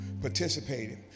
participated